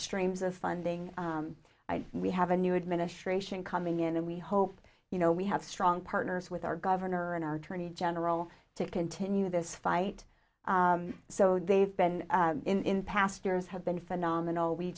streams of funding we have a new administration coming in and we hope you know we have strong partners with our governor and our attorney general to continue this fight so they've been in past years have been phenomenal we